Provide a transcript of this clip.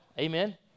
Amen